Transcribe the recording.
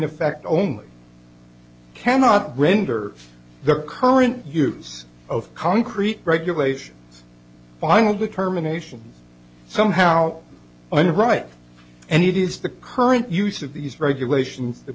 effect only cannot render the current use of concrete regulation final determination somehow and right and it is the current use of these regulations that